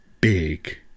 Big